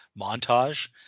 montage